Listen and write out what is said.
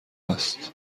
است